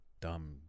Dumb